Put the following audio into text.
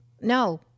No